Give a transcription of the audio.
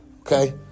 Okay